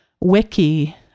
wiki